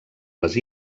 les